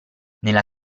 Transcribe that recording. nella